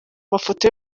mafoto